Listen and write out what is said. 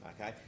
Okay